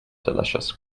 delicious